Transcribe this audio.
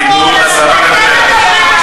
תיתנו לשרה לדבר.